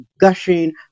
gushing